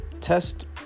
test